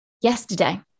yesterday